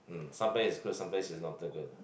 mm sometimes is good sometimes is not too good